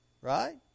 right